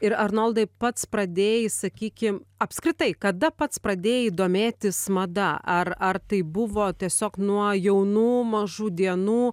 ir arnoldai pats pradėjai sakykim apskritai kada pats pradėjai domėtis mada ar ar tai buvo tiesiog nuo jaunų mažų dienų